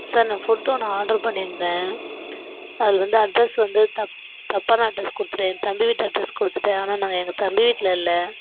sir நான் food ஒன்று order பண்ணியிருந்தேன் அதில் வந்து அட்ரெஸ் வந்து தப் தப்பான அட்ரெஸ் கொடுத்துட்டேன் என் தம்பி வீட்டு அட்ரெஸ் கொடுத்துட்டேன் ஆனால் நான் எங்கள் தம்பி வீட்டில் இல்லை